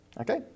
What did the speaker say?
Okay